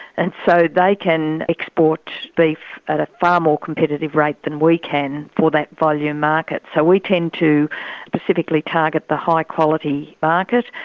and so they can export beef at a far more competitive rate than we can for that volume market. so we tend to specifically target the high quality market,